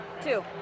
Two